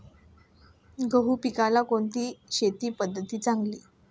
गहू पिकाला कोणती शेती पद्धत चांगली?